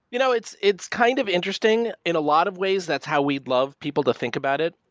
you know it's it's kind of interesting. in a lot of ways, that's how we love people to think about it.